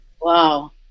Wow